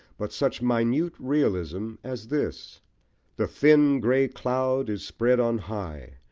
but such minute realism as this the thin grey cloud is spread on high,